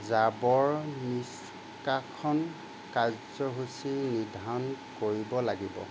জাবৰ নিষ্কাশন কাৰ্যসূচী নিৰ্ধাৰণ কৰিব লাগিব